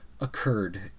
occurred